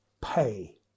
pay